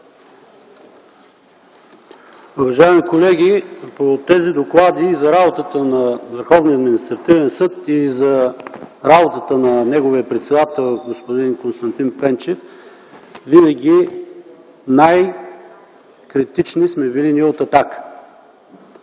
Уважаеми колеги! По тези доклади за работата на Върховния административен съд и за работата на неговия председател господин Константин Пенчев винаги най-критични сме били ние от „Атака”.